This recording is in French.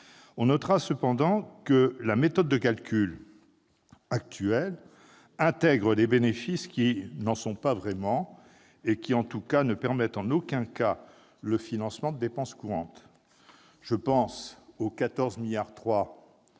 On notera cependant que la méthode de calcul actuelle intègre des « bénéfices » qui n'en sont pas vraiment et qui ne permettent quoi qu'il en soit en aucun cas le financement de dépenses courantes. Je pense aux 14,3 milliards